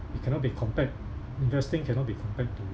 it cannot be compared investing cannot be compared to